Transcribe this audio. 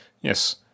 yes